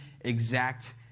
exact